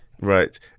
right